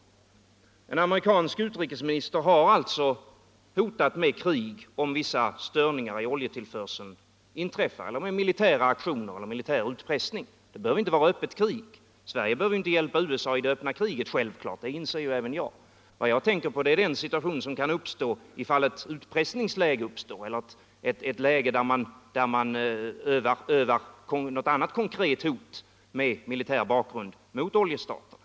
Den amerikanske utrikesministern har alltså hotat med krig om vissa störningar i oljetillförseln inträffar. Han har hotat med krig, med militära aktioner eller med militär utpressning. Det behöver naturligtvis inte vara fråga om öppet krig. Sverige behöver självfallet inte hjälpa USA i ett öppet krig — det inser även jag. Vad jag tänker på är den situation som kan uppstå i ett utpressningsläge eller i ett läge där man utövar något annat konkret hot med militär bakgrund mot oljestaterna.